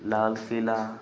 Lal Qila